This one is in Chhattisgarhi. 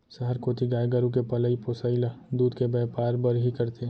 सहर कोती गाय गरू के पलई पोसई ल दूद के बैपार बर ही करथे